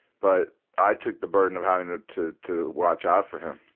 but i took the burden of having ah to to watch out for him.